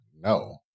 No